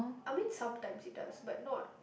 I mean sometimes it does but not